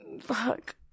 fuck